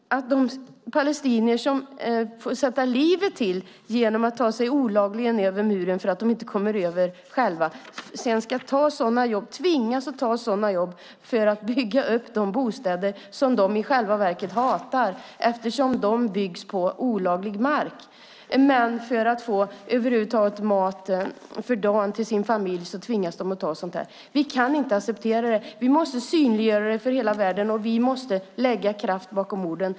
Palestinier får sätta livet till när de tar sig över muren olagligen. Sedan ska palestinier tvingas jobba med att bygga upp de bostäder som de i själva verket hatar, eftersom de byggs på olaglig mark. Men för att över huvud taget få mat för dagen till sin familj tvingas de ta sådana jobb. Vi kan inte acceptera det. Vi måste synliggöra det för hela världen, och vi måste lägga kraft bakom orden.